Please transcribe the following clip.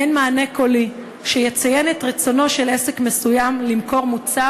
מעין מענה קולי שיציין את רצונו של עסק מסוים למכור מוצר